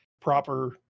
proper